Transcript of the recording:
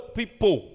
people